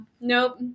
Nope